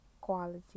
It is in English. quality